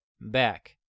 back